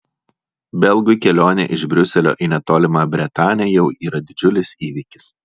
belgui kelionė iš briuselio į netolimą bretanę jau yra didžiulis įvykis